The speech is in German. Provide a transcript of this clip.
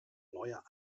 neuer